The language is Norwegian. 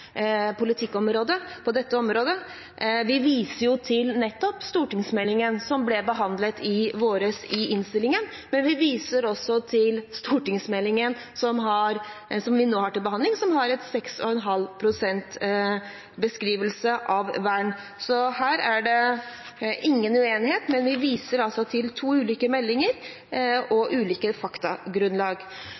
på dette området. Vi viser jo til nettopp stortingsmeldingen som ble behandlet i vår, i innstillingen, men vi viser også til stortingsmeldingen som vi nå har til behandling, der beskrivelsen er at 6,5 pst. nå er vernet. Så her er det ingen uenighet, men vi viser altså til to ulike meldinger og ulike faktagrunnlag.